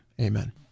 Amen